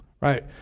right